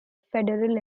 federal